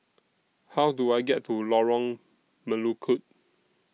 How Do I get to Lorong Melukut